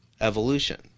evolution